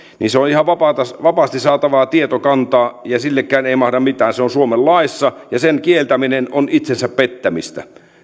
se on ihan vapaasti saatavaa tietokantaa ja sillekään ei mahda mitään se on suomen laissa ja sen kieltäminen on itsensä pettämistä